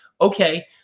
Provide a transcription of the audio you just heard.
okay